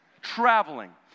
traveling